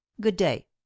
good-day